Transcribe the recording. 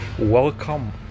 Welcome